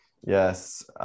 Yes